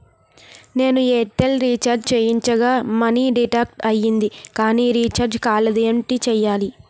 నేను Airtel recharge చేయించగా money deduct అయ్యింది కానీ రీఛార్జ్ కాలేదు ఏంటి చేయాలి?